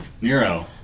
Nero